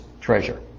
treasure